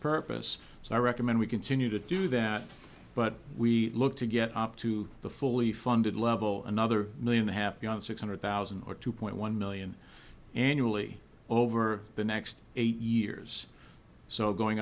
purpose so i recommend we continue to do that but we look to get up to the fully funded level another million happy on six hundred thousand or two point one million annually over the next eight years so going